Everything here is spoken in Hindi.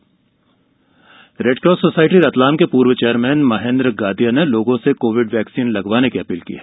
जन आंदोलन रेडकास सोसायटी रतलाम के पूर्व चेयरमैन महेन्द्र गादिया ने लोगों से कोविड वैक्सीन लगवाने की अपील की है